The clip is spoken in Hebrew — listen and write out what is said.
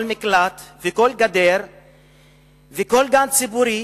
כל מקלט וכל גדר וכל גן ציבורי